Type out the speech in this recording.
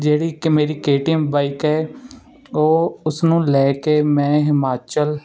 ਜਿਹੜੀ ਕਿ ਮੇਰੀ ਕੇਟੀਐਮ ਬਾਈਕ ਹੈ ਉਹ ਉਸਨੂੰ ਲੈ ਕੇ ਮੈਂ ਹਿਮਾਚਲ